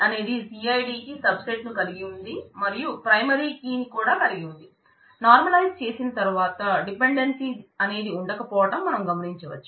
ఇంతకుముందు SID → status లో partial dependency అనేది ఉండకపోవటం మనం గమనించవచ్చు